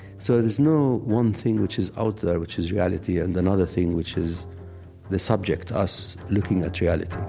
so there's no one thing which is out there which is reality and another thing which is the subject us looking at reality